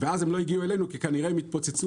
ואז הם לא הגיעו אלינו כי כנראה הם התפוצצו